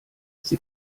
sie